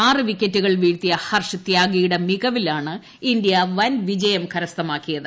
ആറ് വിക്കറ്റുകൾ വീഴ്ത്തിയ ഹർഷ് ത്യാഗിയുടെ മികവിലാണ് ഇന്ത്യ വൻ വിജയം കരസ്ഥമാക്കിയത്